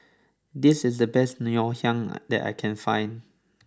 this is the best Ngoh Hiang that I can find